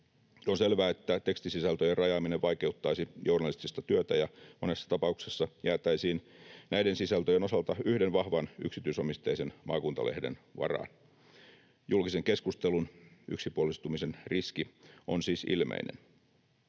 on selvää, että tekstisisältöjen rajaaminen vaikeuttaisi journalistista työtä ja monessa tapauksessa jäätäisiin näiden sisältöjen osalta yhden vahvan, yksityisomisteisen maakuntalehden varaan. Julkisen keskustelun yksipuolistumisen riski on siis ilmeinen.